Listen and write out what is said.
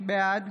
בעד